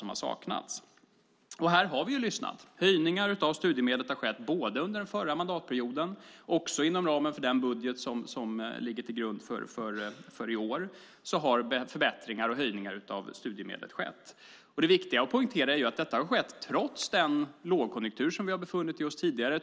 Det har skett förbättringar i form av höjningar av studiemedlen både under den förra mandatperioden och också inom ramen för den budget som föreligger för i år. Det är viktigt att poängtera att detta har skett trots den lågkonjunktur som vi har befunnit oss i tidigare.